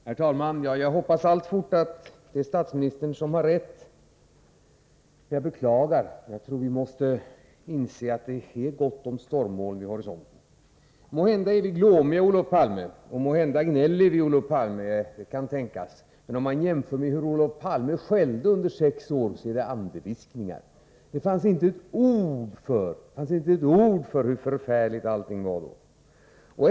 Herr talman! Jag hoppas alltfort att det är statsministern som har rätt. Jag beklagar, men jag tror att vi måste inse att det är gott om stormmoln vid horisonten. Måhända är vi glåmiga, Olof Palme, och måhända gnäller vi, det kan tänkas. Men om man jämför med hur Olof Palme skällde under sex år, är detta andeviskningar. Det fanns inte ett ord för hur förfärligt allting var då.